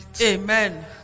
Amen